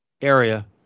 area